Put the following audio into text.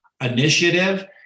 initiative